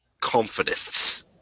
confidence